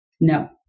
No